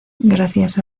gracias